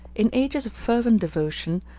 in ages of fervent devotion,